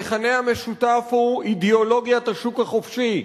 המכנה המשותף הוא אידיאולגיית השוק החופשי,